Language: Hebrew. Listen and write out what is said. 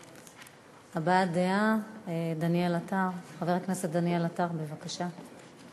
הבעת דעה, חבר הכנסת דניאל עטר, בבקשה.